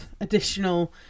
additional